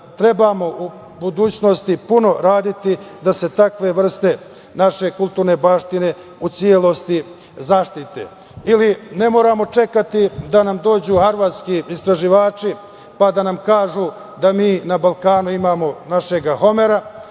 trebamo u budućnosti puno raditi da se takve vrste naše kulturne baštine u celosti zaštite. Ili, ne moramo čekati da nam dođu hardvarski istraživači, pa da nam kažu da mi na Balkanu imamo našeg Homera,